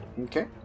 Okay